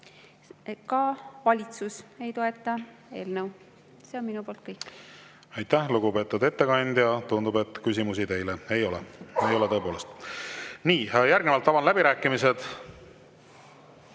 Ka valitsus ei toeta seda eelnõu. See on minu poolt kõik. Aitäh, lugupeetud ettekandja! Tundub, et küsimusi teile ei ole. Tõepoolest ei ole. Avan läbirääkimised.